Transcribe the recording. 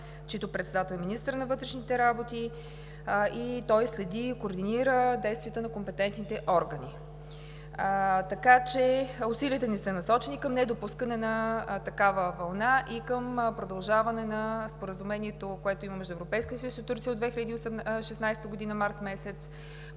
чийто председател е министърът на вътрешните работи. Той следи и координира действията на компетентните органи. Усилията ни са насочени към недопускане на такава вълна и към продължаване на Споразумението, което има между Европейския съюз и Турция от 2016 г.,